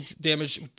damage